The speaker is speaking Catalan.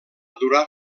durar